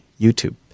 YouTube